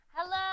Hello